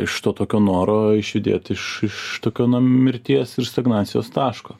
iš to tokio noro išjudėt iš iš tokio na mirties ir stagnacijos taško